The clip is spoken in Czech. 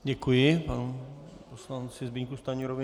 Děkuji panu poslanci Zbyňku Stanjurovi.